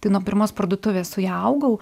tai nuo pirmos parduotuvės su ja augau